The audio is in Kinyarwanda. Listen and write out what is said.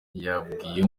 yabwiye